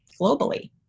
globally